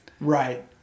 right